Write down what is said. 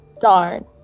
Darn